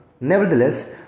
Nevertheless